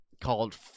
called